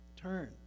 Turn